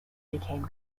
become